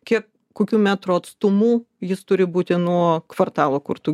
kiek kokių metrų atstumu jis turi būti nuo kvartalo kur tu